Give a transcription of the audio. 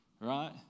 right